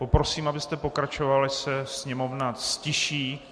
Poprosím, abyste pokračoval, až se Sněmovna ztiší.